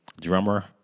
drummer